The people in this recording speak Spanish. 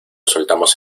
soltamos